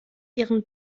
ihren